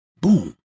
boom